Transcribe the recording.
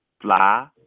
fly